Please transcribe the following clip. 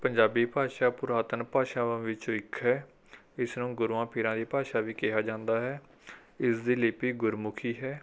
ਪੰਜਾਬੀ ਭਾਸ਼ਾ ਪੁਰਾਤਨ ਭਾਸ਼ਾਵਾਂ ਵਿੱਚੋਂ ਇੱਕ ਹੈ ਇਸ ਨੂੰ ਗੁਰੂਆਂ ਪੀਰਾਂ ਦੀ ਭਾਸ਼ਾ ਵੀ ਕਿਹਾ ਜਾਂਦਾ ਹੈ ਇਸ ਦੀ ਲਿਪੀ ਗੁਰਮੁਖੀ ਹੈ